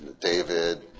David